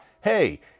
hey